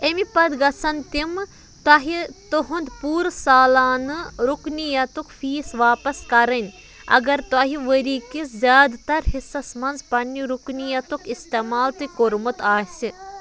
اَمہِ پتہٕ گژھن تِمہٕ تۄہہِ تُہُنٛد پوٗرٕ سالانہٕ رُكنِیتُک فیٖس واپس کَرٕنۍ اگر تۄہہِ ؤری کِس زِیادٕ تر حِصَس منٛز پنٕنہِ رُكنِیتُک اِستعمال تہِ كوٚرمُت آسہِ